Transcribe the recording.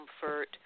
comfort